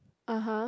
(uh huh)